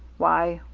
why,